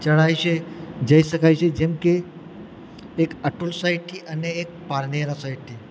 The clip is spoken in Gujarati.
ચડાય છે જઈ શકાય છે જેમ કે એક અતુલ સાઈડથી અને એક પારનેરા સાઈડથી